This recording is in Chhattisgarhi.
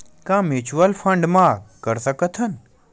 का म्यूच्यूअल फंड म कर सकत हन?